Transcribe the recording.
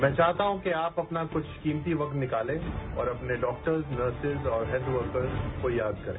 मैं चाहता हूं कि आप अपना कुछ कीमती कक्त निकालें और अपने डॉक्टर नर्स और हेत्थ वर्कर को याद करें